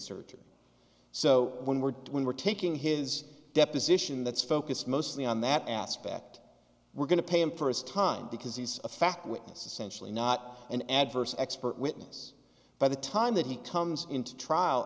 surgery so when we're when we're taking his deposition that's focused mostly on that aspect we're going to pay him for his time because he's a fact witness essentially not an adverse expert witness by the time that he comes into trial